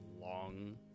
long